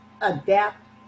adapt